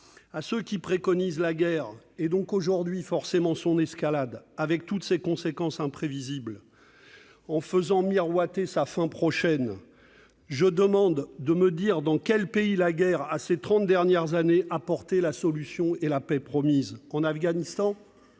À ceux qui préconisent la guerre, et forcément son escalade, avec toutes ses conséquences imprévisibles, en faisant miroiter sa fin prochaine, je leur demande de me dire dans quel pays la guerre a, ces trente dernières années, apporté la solution et la paix promise : en Afghanistan ?